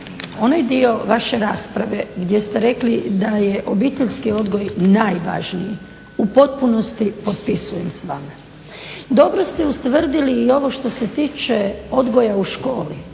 onaj dio vaše rasprave gdje ste rekli da je obiteljski odgoj najvažniji u potpunosti potpisujem s vama. Dobro ste ustvrdili i ovo što se tiče odgoja u školi,